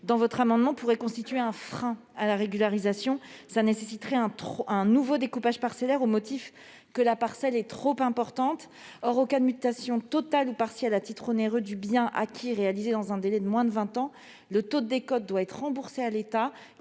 cela est proposé, pourrait constituer un frein à la régularisation et nécessiterait un nouveau découpage parcellaire, au motif que la parcelle est trop importante. Or, en cas de mutation totale ou partielle à titre onéreux du bien acquis réalisée dans un délai de moins de vingt ans, le taux de décote doit être remboursé à l'État,